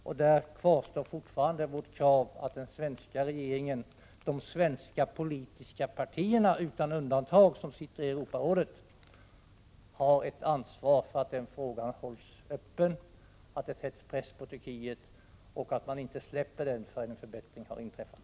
Där kvarstår fortfarande att den svenska regeringen och de svenska politiska partier som sitter i Europarådet — utan undantag — har ett ansvar för att frågan hålls öppen, att det sätts press på Turkiet och att man inte släpper frågan förrän en förbättring har inträtt.